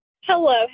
Hello